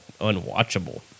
unwatchable